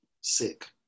sick